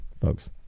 folks